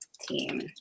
team